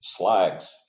slags